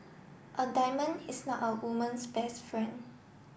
a diamond is not a woman's best friend